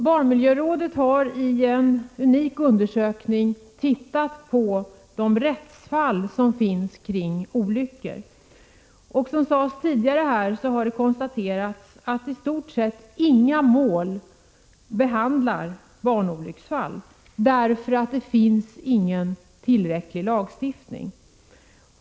Barnmiljörådet har i en unik undersökning studerat rättsfall kring olyckor. Som det sades tidigare har det konstaterats att i stort sett inga mål behandlar barnolycksfall, därför att det inte finns en tillräcklig lagstiftning.